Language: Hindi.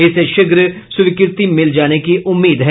इसे शीघ्र स्वीकृति मिल जाने की उम्मीद है